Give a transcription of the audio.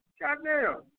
Goddamn